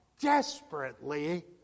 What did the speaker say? Desperately